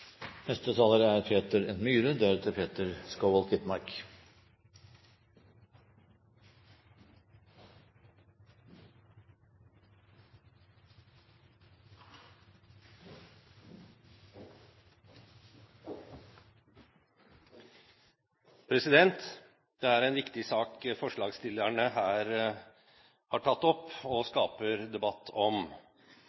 Det er en viktig sak forslagsstillerne her har tatt opp og